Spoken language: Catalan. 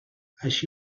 així